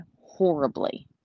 horribly